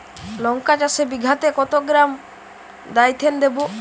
লঙ্কা চাষে বিঘাতে কত গ্রাম ডাইথেন দেবো?